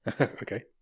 okay